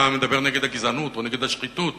היה מדבר נגד הגזענות או נגד השחיתות,